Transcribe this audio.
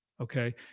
Okay